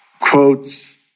quotes